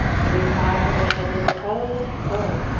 the sky overhead was a colourless pall,